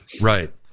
Right